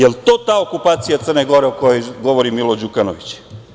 Da li je to ta okupacija Crne Gore o kojoj govori Milo Đukanović?